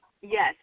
yes